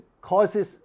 causes